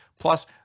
Plus